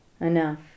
enough